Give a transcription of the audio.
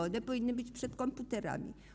One powinny być przed komputerami.